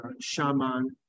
shaman